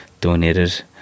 donated